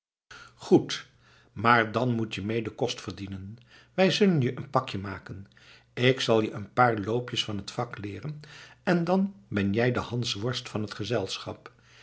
goed maar dan moet je mee den kost verdienen wij zullen je een pakje maken ik zal je een paar loopjes van het vak leeren en dan ben jij de hansworst van het gezelschap